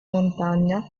montagna